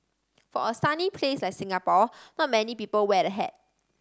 for a sunny place like Singapore not many people wear a hat